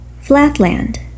flatland